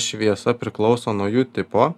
šviesa priklauso nuo jų tipo